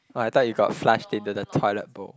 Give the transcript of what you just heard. oh I thought you got flushed into the toilet bowl